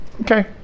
okay